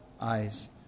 eyes